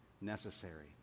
necessary